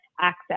access